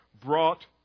brought